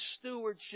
stewardship